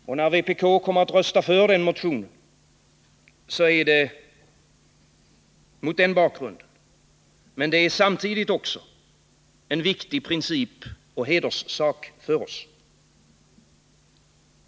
Det är mot den bakgrunden som vpk kommer att rösta för nämnda motion, men samtidigt är det en viktig princip och en hederssak för oss.